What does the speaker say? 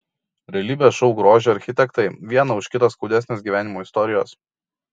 realybės šou grožio architektai viena už kitą skaudesnės gyvenimo istorijos